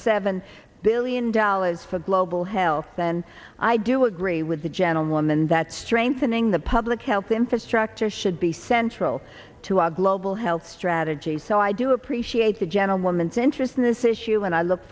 seven billion dollars for global health then i do agree with the gentlewoman that strengthening the public health infrastructure should be central to our global health strategy so i do appreciate the gentlewoman's interest in this issue and i look